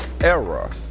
era